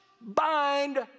bind